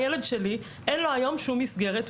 לילד שלי אין היום מסגרת,